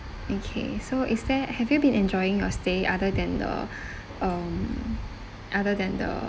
okay so is there have you been enjoying your stay other than the um other than the